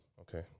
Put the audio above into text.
Okay